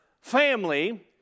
family